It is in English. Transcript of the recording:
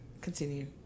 Continue